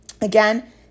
again